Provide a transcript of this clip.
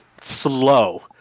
slow